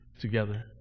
together